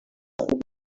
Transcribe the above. خوب